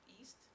east